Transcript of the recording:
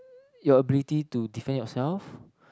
your ability to defend your self